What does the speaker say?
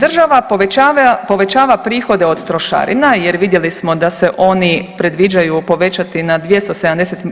Država povećava prihode od trošarina jer vidjeli smo da se oni predviđaju povećati